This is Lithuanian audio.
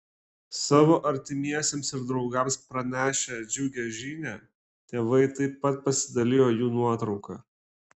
savo artimiesiems ir draugams pranešę džiugią žinią tėvai taip pat pasidalijo jų nuotrauka